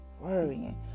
worrying